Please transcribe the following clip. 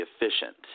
efficient